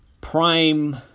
prime